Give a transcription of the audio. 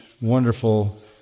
wonderful